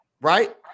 right